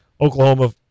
Oklahoma